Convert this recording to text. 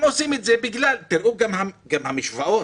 גם המשוואות,